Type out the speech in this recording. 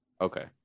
Okay